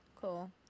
Cool